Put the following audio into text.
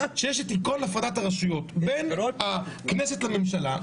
כשיש את עיקרון הפרדת הרשויות בין הכנסת לממשלה,